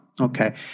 Okay